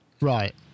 right